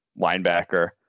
linebacker